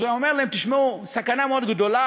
אז הוא היה אומר להם: תשמעו, סכנה מאוד גדולה,